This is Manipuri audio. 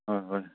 ꯍꯣꯏ ꯍꯣꯏ